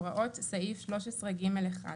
הוראות סעיף 13 ג' 1,